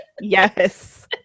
Yes